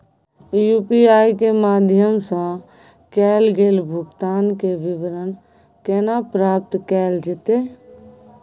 UPI के माध्यम सं कैल गेल भुगतान, के विवरण केना प्राप्त कैल जेतै?